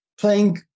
playing